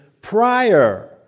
prior